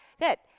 Good